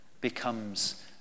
becomes